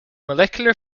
molecular